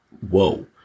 Whoa